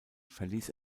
verließ